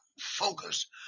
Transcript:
Focus